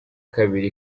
kabiri